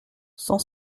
cent